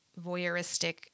voyeuristic